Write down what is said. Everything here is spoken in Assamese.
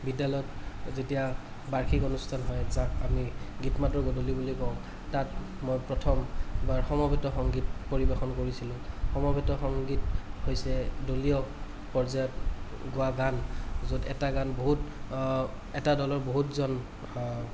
বিদ্য়ালয়ত যেতিয়া বাৰ্ষিক অনুষ্ঠান হয় যাক আমি গীত মাতৰ গধূলি বুলি কওঁ তাত মই প্ৰথমবাৰ সমবেত সংগীত পৰিৱেশন কৰিছিলোঁ সমবেত সংগীত হৈছে দলীয় পৰ্যায়ত গোৱা গান য'ত এটা গান বহুত এটা দলত বহুতজন